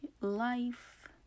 life